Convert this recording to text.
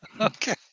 Okay